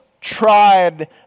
tried